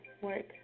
work